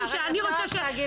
אפשר רק להגיב?